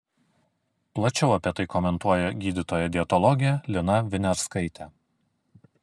plačiau apie tai komentuoja gydytoja dietologė lina viniarskaitė